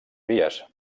vies